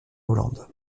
hollande